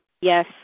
Yes